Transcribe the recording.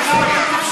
אתם מפריעים